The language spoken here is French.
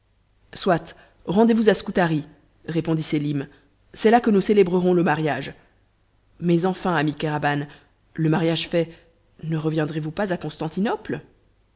soit rendez-vous à scutari répondit sélim c'est là que nous célébrerons le mariage mais enfin ami kéraban le mariage fait ne reviendrez vous pas à constantinople